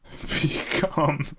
become